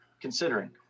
considering